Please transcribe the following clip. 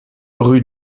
rue